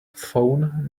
phone